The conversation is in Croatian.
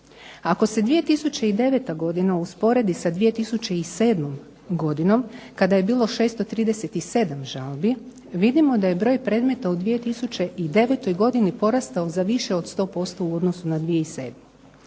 Ako se 2009. godina usporedi sa 2007. godinom kada je bilo 637 žalbi vidimo da je broj predmeta u 2009. godini porastao za više od 100% u odnosu na 2007.